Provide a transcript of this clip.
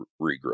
regrowth